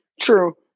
true